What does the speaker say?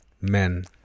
men